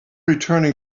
returning